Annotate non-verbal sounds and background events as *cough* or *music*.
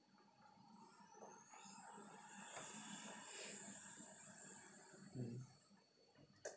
*noise* mm